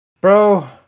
bro